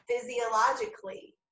physiologically